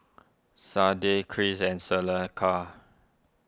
Sade Cris and Seneca